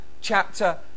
chapter